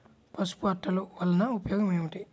పసుపు అట్టలు వలన ఉపయోగం ఏమిటి?